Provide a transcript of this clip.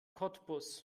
cottbus